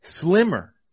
slimmer